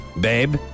babe